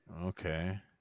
Okay